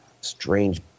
strange